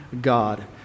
God